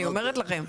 אני אומרת לכם.